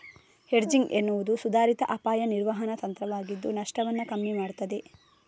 hedging ಎನ್ನುವುದು ಸುಧಾರಿತ ಅಪಾಯ ನಿರ್ವಹಣಾ ತಂತ್ರವಾಗಿದ್ದು ನಷ್ಟವನ್ನ ಕಮ್ಮಿ ಮಾಡ್ತದೆ